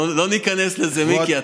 לא ניכנס לזה, מיקי.